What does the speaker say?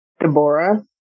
Deborah